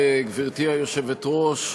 גברתי היושבת-ראש,